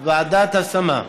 וועדות השמה.